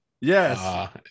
yes